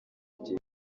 gihe